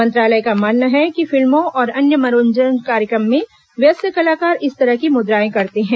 मंत्रालय का मानना है कि फिल्मों और अन्य मनोरंजन कार्यक्रमों में वयस्क कलाकार इस तरह की मुद्राएं करते हैं